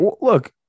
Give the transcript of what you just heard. look